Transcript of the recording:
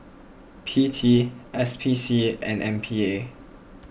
P T S P C and M P A